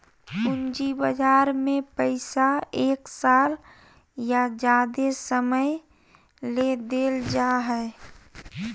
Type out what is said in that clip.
पूंजी बजार में पैसा एक साल या ज्यादे समय ले देल जाय हइ